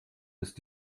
ist